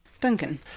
Duncan